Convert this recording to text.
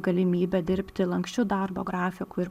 galimybė dirbti lanksčiu darbo grafiku ir